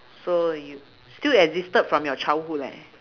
so you still existed from your childhood eh